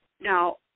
now